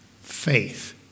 Faith